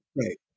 right